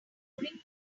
boring